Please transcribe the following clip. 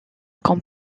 comme